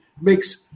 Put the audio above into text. makes